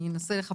אני אנסה לחפש